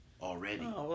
already